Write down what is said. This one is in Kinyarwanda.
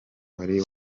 wari